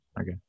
Okay